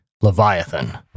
Leviathan